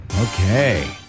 Okay